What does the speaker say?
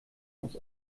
aus